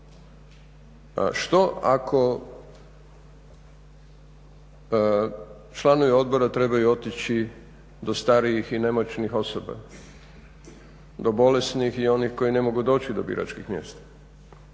Što ako članovi odbora trebaju otići do starijih i nemoćnih osoba, do bolesnih i onih koji ne mogu doći do biračkih mjesta?